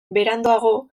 beranduago